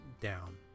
down